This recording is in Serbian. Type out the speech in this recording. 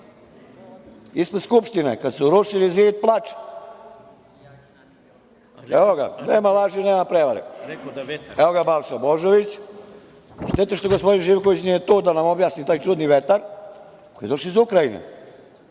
ispred Skupštine, kad su rušili Zid plača, evo ga, nema laži – nema prevare, evo ga Balša Božović, šteta što gospodin Živković nije tu da nam objasni taj čudni vetar koji je došao iz Ukrajine,